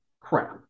crap